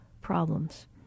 problems